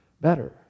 better